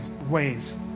ways